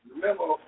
Remember